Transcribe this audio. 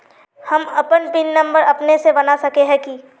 हम अपन PIN number अपने से बना सके है की?